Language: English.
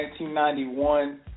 1991